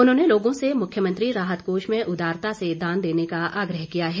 उन्होंने लोगों से मुख्यमंत्री राहत कोष में उदारता से दान देने का आग्रह किया है